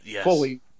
fully